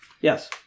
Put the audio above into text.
yes